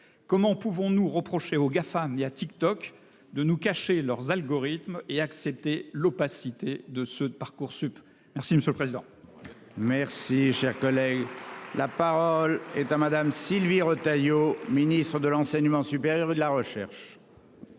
Comment pouvons-nous reprocher aux Gafam via TikTok de nous cacher leurs algorithmes et accepter l'opacité de ce de Parcoursup. Merci monsieur le président. Merci cher collègue. La parole est à madame Sylvie Retailleau Ministre de l'enseignement supérieur et de la recherche.